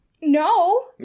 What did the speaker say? No